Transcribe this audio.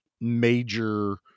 major